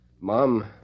Mom